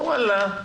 וואלה,